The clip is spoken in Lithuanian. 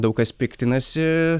daug kas piktinasi